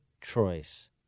choice